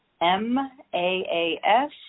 M-A-A-S